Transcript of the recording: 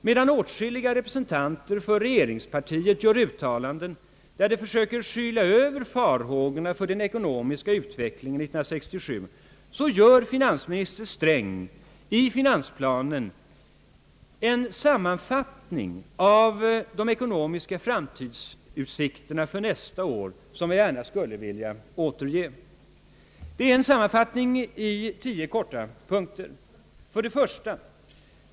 Medan åtskilliga representanter för regeringspartiet gör uttalanden där de försöker skyla över farhågorna för den ekonomiska utvecklingen 1967 gör finansminister Sträng på sidan 8 i finansplanen en sammanfattning av de ekonomiska framtidsutsikterna för nästa år. Jag skulle vilja koncentrera denna beskrivning i 10 punkter. 1.